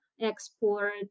export